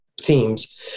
themes